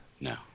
No